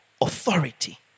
authority